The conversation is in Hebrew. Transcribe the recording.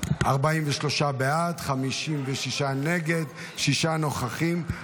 43 בעד, 56 נגד, שישה נוכחים.